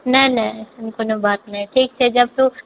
नहि नहि एहन कोनो बात नहि ठीक छै जब तू